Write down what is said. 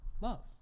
love